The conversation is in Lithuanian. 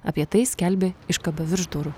apie tai skelbė iškaba virš durų